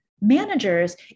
managers